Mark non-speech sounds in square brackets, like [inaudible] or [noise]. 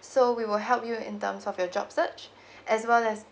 so we will help you in terms of your job search [breath] as well as